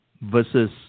versus